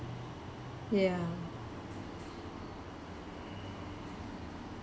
ya